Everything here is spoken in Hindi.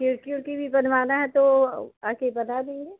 खिड़की उड़की भी बनवाना है तो आके बना देंगे